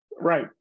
Right